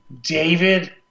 David